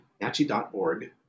NACHI.org